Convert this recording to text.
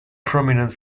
prominent